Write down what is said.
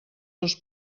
els